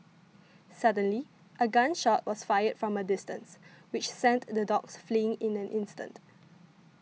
suddenly a gun shot was fired from a distance which sent the dogs fleeing in an instant